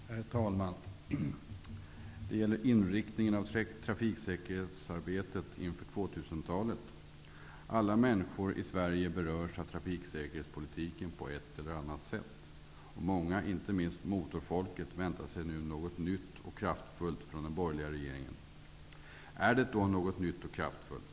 Herr talman! Det gäller inriktningen av trafiksäkerhetsarbetet inför 2000-talet. Alla människor i Sverige berörs av trafiksäkerhetspolitiken på ett eller annat sätt. Många, inte minst motorfolket, väntar sig nu något nytt och kraftfullt från den borgerliga regeringen. Är det då fråga om något nytt och kraftfullt?